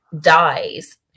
dies